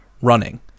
running